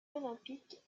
olympiques